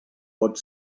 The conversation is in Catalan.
pot